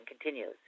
continues